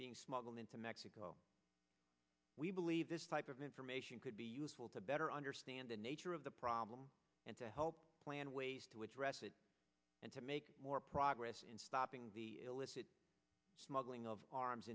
being smuggled into mexico we believe this type of information could be useful to better understand the nature of the problem and to help plan ways to address it and to make more progress in stopping the illicit smuggling of arms